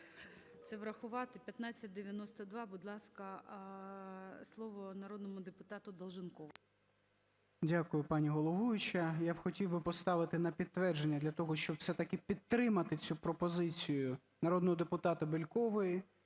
це врахувати. 1592. Будь ласка, слово народному депутатуДолженкову. 12:39:06 ДОЛЖЕНКОВ О.В. Дякую, пані головуюча. Я б хотів би поставити на підтвердження для того, щоб все-таки підтримати цю пропозицію народного депутатаБєлькової